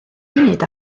funud